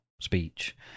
speech